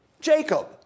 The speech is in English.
Jacob